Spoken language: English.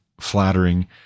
flattering